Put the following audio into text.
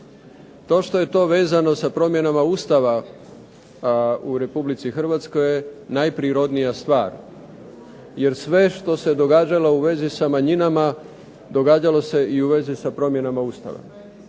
Kao što je to vezano za promjenama Ustava u Republici Hrvatskoj je najprirodnija stvar, jer sve što se događalo u vezi sa manjinama, događalo se i sa promjenama Ustava.